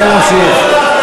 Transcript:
תן להמשיך.